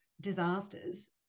disasters